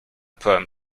perm